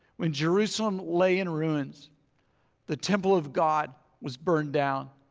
when jerusalem lay in ruins the temple of god was burned down.